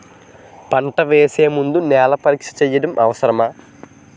పంట వేసే ముందు నేల పరీక్ష చేయటం అవసరమా?